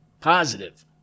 Positive